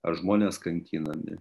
ar žmonės kankinami